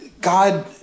God